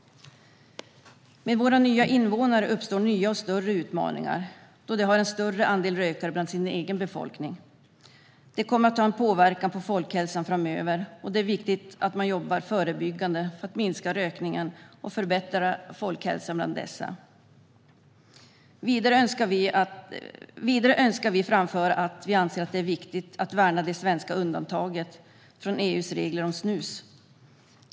Med våra nya invånare uppstår nya och större utmaningar, då de har en större andel rökare bland sin egen befolkning. Det kommer att ha en påverkan på folkhälsan framöver, och det är viktigt att man jobbar förebyggande för att minska rökningen och förbättra folkhälsan bland dessa. Vidare önskar vi framföra att vi anser att det är viktigt att värna det svenska undantaget från EU:s regler om snus.